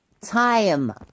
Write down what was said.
time